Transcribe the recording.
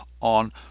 on